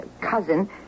cousin